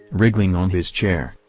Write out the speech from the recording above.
wriggling on his chair,